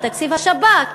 בתקציב השב"כ.